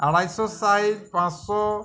আড়াইশোর size পাঁচশো